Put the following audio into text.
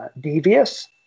devious